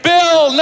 Bill